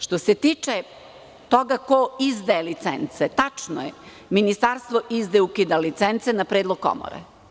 Što se tiče toga ko izdaje licence, tačno je, ministarstvo izdaje i ukida licence na predlog komore.